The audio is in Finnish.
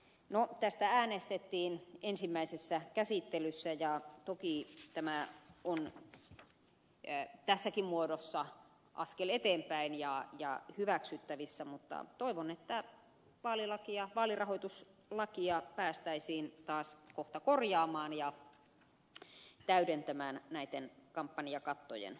no tästä äänestettiin ensimmäisessä käsittelyssä ja toki tämä on tässäkin muodossa askel eteenpäin ja hyväksyttävissä mutta toivon että vaalirahoituslakia päästäisiin taas kohta korjaamaan ja täydentämään näiden kampanjakattojen osalta